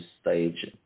stage